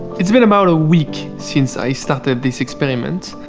it's been about a week since i started this experiment.